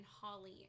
Holly